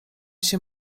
się